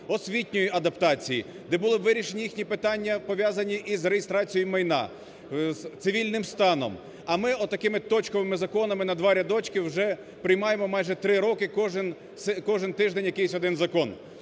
освітньої адаптації, де були б вирішені їхні питання, пов'язані із реєстрацією майна, цивільним станом. А ми от такими точковими законами на два рядочки вже приймаємо майже три роки кожен тиждень якийсь один закон.